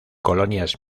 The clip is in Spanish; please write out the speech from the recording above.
colonias